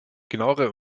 genauere